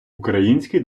український